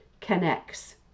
connects